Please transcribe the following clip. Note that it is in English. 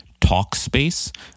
Talkspace